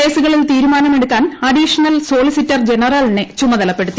കേസുകളിൽ തീരുമാനമെടുക്കാൻ additional solicitor ജനറലിനെ ചുമതലപ്പെടുത്തി